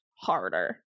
harder